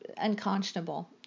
unconscionable